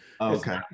okay